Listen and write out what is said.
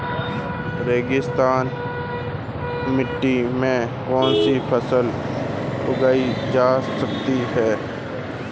रेगिस्तानी मिट्टी में कौनसी फसलें उगाई जा सकती हैं?